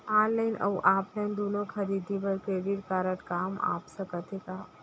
Online अऊ offline दूनो खरीदी बर क्रेडिट कारड काम आप सकत हे का?